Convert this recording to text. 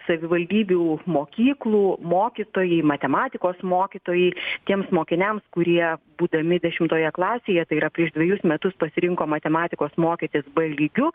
savivaldybių mokyklų mokytojai matematikos mokytojai tiems mokiniams kurie būdami dešimtoje klasėje tai yra prieš dvejus metus pasirinko matematikos mokytis b lygiu